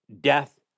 death